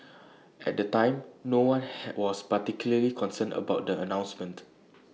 at the time no one was particularly concerned about the announcement